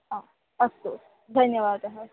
आं अस्तु धन्यवादः